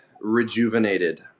rejuvenated